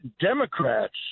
Democrats